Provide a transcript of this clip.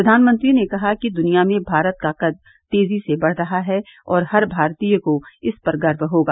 प्रधानमंत्री ने कहा कि दुनिया में भारत का कद तेजी से बढ़ रहा है और हर भारतीय को इस पर गर्व होगा